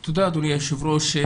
תודה אדוני היושב ראש.